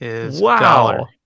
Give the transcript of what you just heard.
Wow